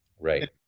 Right